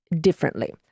differently